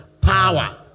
Power